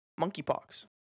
monkeypox